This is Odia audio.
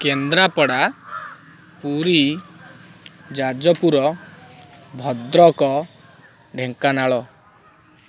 କେନ୍ଦ୍ରାପଡ଼ା ପୁରୀ ଯାଜପୁର ଭଦ୍ରକ ଢେଙ୍କାନାଳ